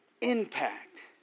Impact